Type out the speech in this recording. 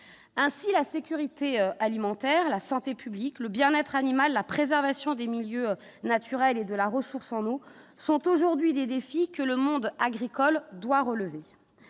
ainsi la sécurité alimentaire, la santé publique, le bien-être animal, la préservation des milieux naturels et de la ressource en eau sont aujourd'hui des défis que le monde agricole doit relever